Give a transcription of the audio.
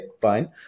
fine